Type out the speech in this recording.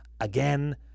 again